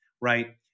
right